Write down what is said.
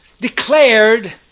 declared